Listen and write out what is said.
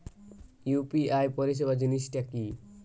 UPI পরিসেবা জিনিসটা কি?